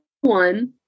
one